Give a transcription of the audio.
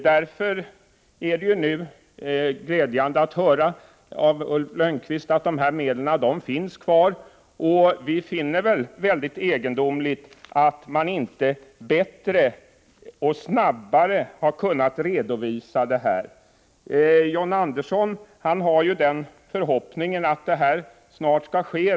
Därför är det nu glädjande att höra av Ulf Lönnqvist att dessa medel finns kvar. Vi finner det nämligen mycket egendomligt att man inte bättre och snabbare har kunnat redovisa detta. John Andersson har förhoppningen att detta snart skall ske.